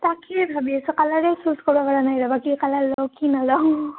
তাকেই ভাবি আছো কালাৰে চ্য়ুজ কৰিব পৰা নাই ৰ'বা কি কালাৰ লওঁ কি নলওঁ